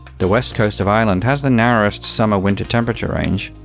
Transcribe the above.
the west coast of ireland has the narrowest summer winter temperature range.